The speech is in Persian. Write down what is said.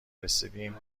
رسیدیم